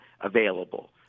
available